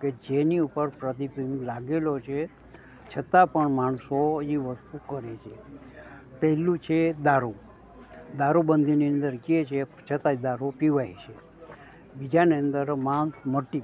કે જેની ઉપર પ્રતિબિંબ લાગેલો છે છતાં પણ માણસો એ વસ્તુ કરે છે પહેલું છે દારૂ દારૂબંધીની અંદર કહે છે છતાં દારૂ પીવાય છે બીજાને અંદર માંસ મટી